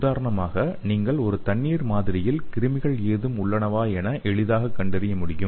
உதாரணமாக நீங்கள் ஒரு தண்ணீர் மாதிரியில் கிருமிகள் ஏதும் உள்ளனவா என எளிதாக கண்டறிய முடியும்